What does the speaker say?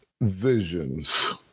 Visions